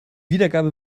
wiedergabe